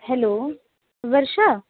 hello Varsha